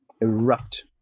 erupt